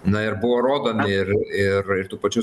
na ir buvo rodomi ir ir ir tų pačių